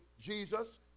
Jesus